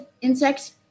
insects